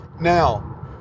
Now